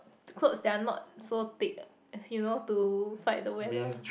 clothes that are not so thick you know to fight the weather